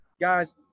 Guys